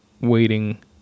waiting